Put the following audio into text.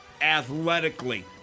athletically